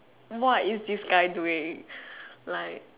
what is this guy doing like